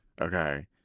Okay